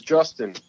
Justin